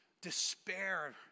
despair